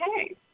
okay